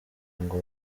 ngo